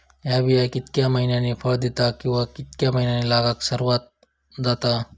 हया बिया कितक्या मैन्यानी फळ दिता कीवा की मैन्यानी लागाक सर्वात जाता?